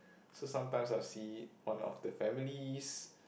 so sometimes I'll see one of the families